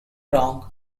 wrong